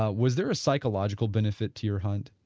ah was there a psychological benefit to your hunt?